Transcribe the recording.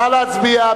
נא להצביע.